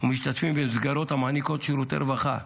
ולמשתתפים במסגרות המעניקות שירותי רווחה.